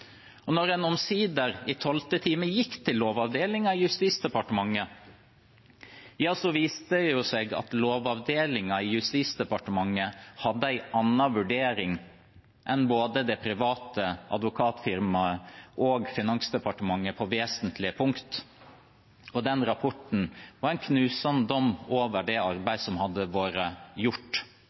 en omsider, i tolvte time, gikk til Lovavdelingen i Justisdepartementet, viste det seg at Lovavdelingen i Justisdepartementet hadde en annen vurdering enn både det private advokatfirmaet og Finansdepartementet på vesentlige punkt. Den rapporten var en knusende dom over det arbeidet som hadde vært gjort.